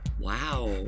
Wow